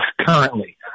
currently